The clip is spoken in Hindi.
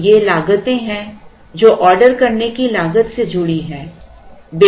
तो ये लागतें हैं जो ऑर्डर करने की लागत से जुड़ी हैं